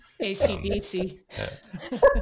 acdc